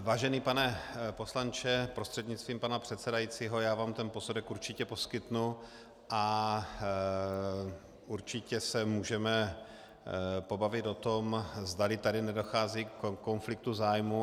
Vážený pane poslanče prostřednictvím pana předsedajícího, já vám ten posudek určitě poskytnu a určitě se můžeme pobavit o tom, zdali tady nedochází ke konfliktu zájmů.